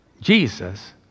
Jesus